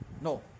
No